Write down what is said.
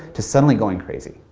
to suddenly going crazy.